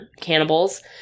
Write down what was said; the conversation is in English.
cannibals